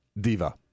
Diva